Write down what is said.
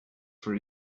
for